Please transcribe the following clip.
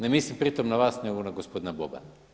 Ne mislim pri tome na vas nego na gospodina Bobana.